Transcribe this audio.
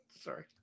sorry